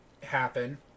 happen